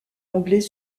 anglais